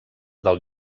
del